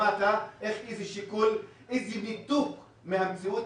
שמעת איזה ניתוק מהמציאות,